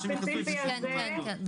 --- רגע,